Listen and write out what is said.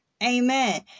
Amen